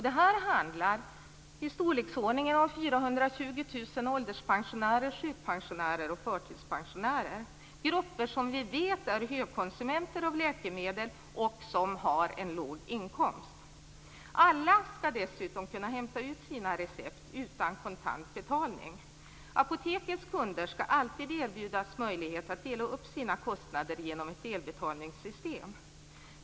Det här handlar om i storleksordningen 420 000 ålderspensionärer, sjukpensionärer och förtidspensionärer - grupper som vi vet är högkonsumenter av läkemedel och som har en låg inkomst. Alla skall dessutom kunna hämta ut sina recept utan kontant betalning. Apotekens kunder skall alltid erbjudas möjlighet att dela upp sina kostnader genom ett delbetalningssystem.